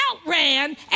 outran